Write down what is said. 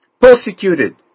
persecuted